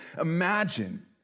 Imagine